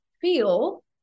feel